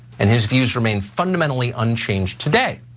and his views remain fundamentally unchanged today.